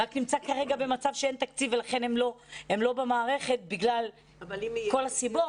רק נמצא כרגע במצב שאין תקציב ולכן הם לא במערכת בגלל כל הסיבות